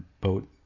boat